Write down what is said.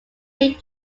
lead